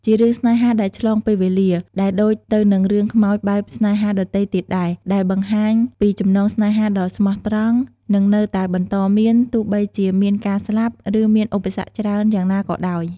ជារឿងស្នេហាដែលឆ្លងពេលវេលា ដែលដូចទៅនឹងរឿងខ្មោចបែបស្នេហាដទៃទៀតដែរ ដែលបង្ហាញពីចំណងស្នេហាដ៏ស្មោះត្រង់នឹងនៅតែបន្តមាន ទោះបីជាមានការស្លាប់ ឬមានឧបសគ្គច្រើនយ៉ាងណាក៏ដោយ។